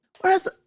Whereas